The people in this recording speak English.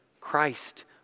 Christ